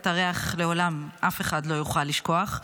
את הריח אף אחד לא יוכל לשכוח לעולם.